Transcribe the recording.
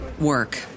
work